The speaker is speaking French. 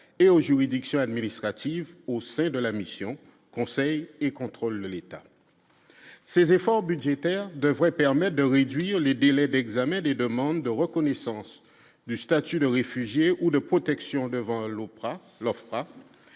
et aux juridictions administratives au sein de la mission, conseil et contrôle de l'État, ces efforts budgétaires devraient permettent de réduire les délais d'examen des demandes de reconnaissance du statut de réfugié ou de protection devant l'Oprah